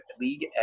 league